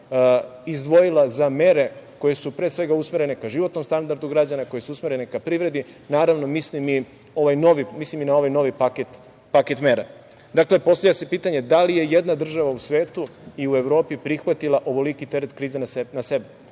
izdvojila za mere koje su usmerene ka životnom standardu građana, koje su usmerene ka privredi, naravno, mislim i na ovaj novi paket mera. Dakle, postavlja se pitanje – da li je i jedna država u svetu i u Evropi prihvatila ovoliki teret krize na sebe